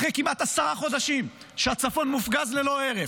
אחרי כמעט עשרה חודשים שהצפון מופגז ללא הרף,